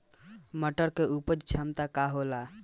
मटर के उपज क्षमता का होला?